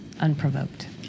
unprovoked